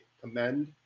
commend